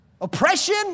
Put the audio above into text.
oppression